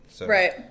Right